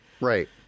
Right